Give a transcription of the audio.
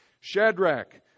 Shadrach